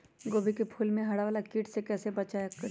गोभी के फूल मे हरा वाला कीट से कैसे बचाब करें?